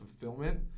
fulfillment